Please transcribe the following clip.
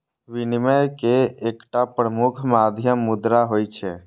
विनिमय के एकटा प्रमुख माध्यम मुद्रा होइ छै